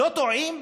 לא טועים?